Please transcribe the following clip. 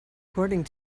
according